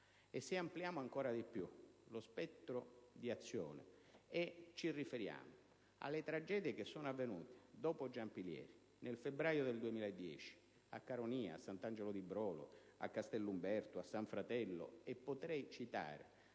Se ampliamo ancora di più lo spettro di azioni e ci riferiamo alle tragedie che sono avvenute dopo Giampilieri, nel febbraio 2010, a Caronia, a Sant'Angelo di Brolo, a Castell'Umberto, a San Fratello (e potrei citare